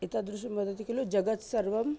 एतादृशं वदति खलु जगति सर्वम्